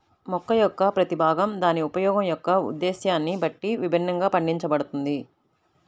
మొక్క యొక్క ప్రతి భాగం దాని ఉపయోగం యొక్క ఉద్దేశ్యాన్ని బట్టి విభిన్నంగా పండించబడుతుంది